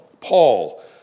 Paul